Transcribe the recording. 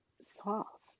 soft